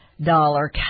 Dollar